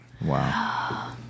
Wow